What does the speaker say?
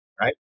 right